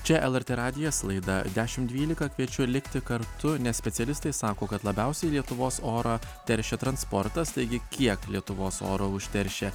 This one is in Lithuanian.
čia lrt radijas laida dešim dvylika kviečiu likti kartu nes specialistai sako kad labiausiai lietuvos orą teršia transportas taigi kiek lietuvos oro užteršia